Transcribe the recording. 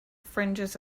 fringes